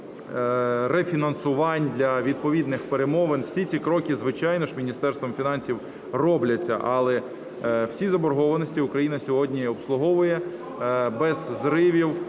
рефінансувань, для відповідних перемовин. Всі ці кроки, звичайно ж, Міністерством фінансів робляться. Але всі заборгованості Україна сьогодні обслуговує без зривів,